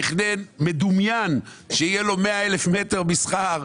תכנון מדומיין שיהיו לו 100,000 מטרים מסחר,